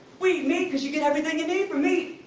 we eat meat cause you get everything you need from meat.